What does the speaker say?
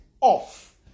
off